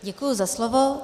Děkuji za slovo.